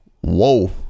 Whoa